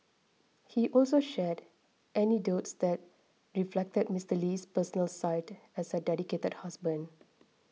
he also shared anecdotes that reflected Mister Lee's personal side as a dedicated husband